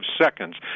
seconds